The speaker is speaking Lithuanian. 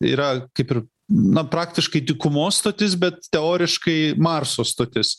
yra kaip ir na praktiškai dykumos stotis bet teoriškai marso stotis